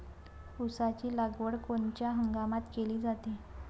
ऊसाची लागवड कोनच्या हंगामात केली जाते?